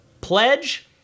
pledge